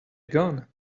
gone